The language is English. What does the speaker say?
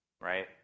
right